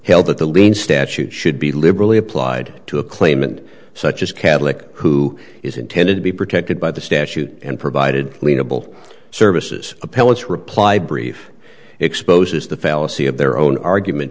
held that the lien statute should be liberally applied to a claimant such as catholic who is intended to be protected by the statute and provided only noble services appellants reply brief exposes the fallacy of their own argument